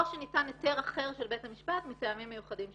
או שניתן היתר אחר של בית המשפט מטעמים מיוחדים שיירשמו.